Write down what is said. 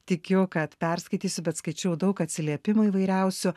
tikiu kad perskaitysiu bet skaičiau daug atsiliepimų įvairiausių